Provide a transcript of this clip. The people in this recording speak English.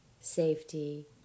safety